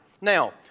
Now